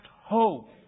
hope